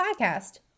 Podcast